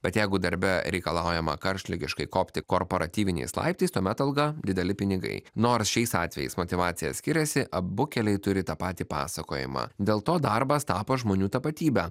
bet jeigu darbe reikalaujama karštligiškai kopti korporatyviniais laiptais tuomet alga dideli pinigai nors šiais atvejais motyvacija skiriasi abu keliai turi tą patį pasakojimą dėl to darbas tapo žmonių tapatybe